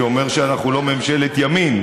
שאומר שאנחנו לא ממשלת ימין.